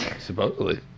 Supposedly